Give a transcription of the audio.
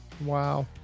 Wow